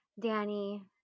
Danny